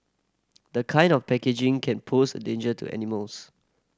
the kind of packaging can pose a danger to animals